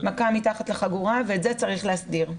מכה מתחת לחגורה, ואת זה צריך להסדיר.